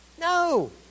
No